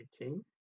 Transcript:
18